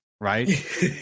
right